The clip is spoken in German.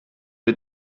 wir